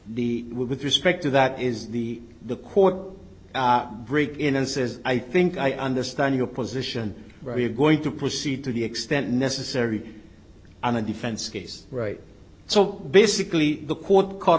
the with respect to that is the the court break in and says i think i understand your position where you're going to proceed to the extent necessary on a defense case so basically the court c